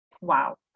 wow